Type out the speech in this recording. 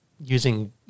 using